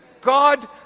God